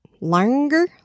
longer